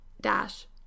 dash